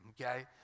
okay